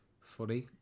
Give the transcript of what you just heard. funny